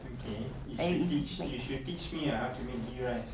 okay you should teach you should teach me uh how to make ghee rice